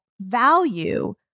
value